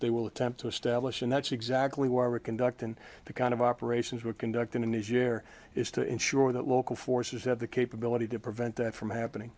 they will attempt to establish and that's exactly why we conduct and the kind of operations were conducted in these year is to ensure that local forces have the capability to prevent that from happening